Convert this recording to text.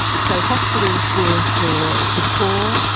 so hospitals were for the poor,